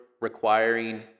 requiring